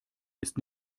ist